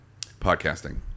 podcasting